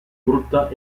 brutta